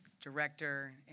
director